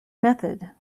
method